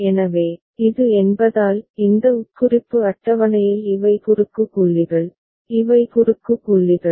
எனவே இது என்பதால் இந்த உட்குறிப்பு அட்டவணையில் இவை குறுக்கு புள்ளிகள் இவை குறுக்கு புள்ளிகள்